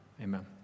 Amen